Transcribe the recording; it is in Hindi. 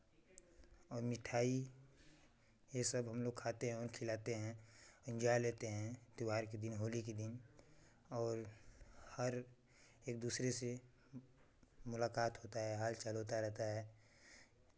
और मिठाई ये सब हम लोग खाते हैं और खिलाते हैं इन्जॉय लेते हैं त्योहार के दिन होली के दिन और हर एक दूसरे से मुलाकात होता है हाल चाल होता रहता है